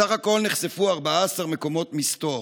בסך הכול נחשפו 14 מקומות מסתור,